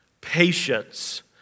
patience